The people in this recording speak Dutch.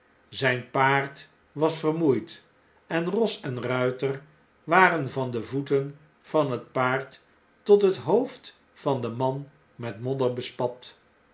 zflfl patid was vermoeid en ros en ruiter waren vam de j voeten van het paard tot het hoofd van den man met modder bespat